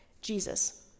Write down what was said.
Jesus